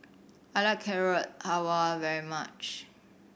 I like Carrot Halwa very much